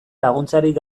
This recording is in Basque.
laguntzarik